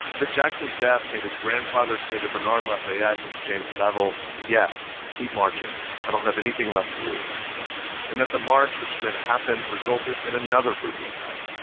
that jackson's death made his grandfather say to bernard lafayette and to james bevel, yes, keep marching i don't have anything left to lose and that the march which then happened resulted in another brutal attack,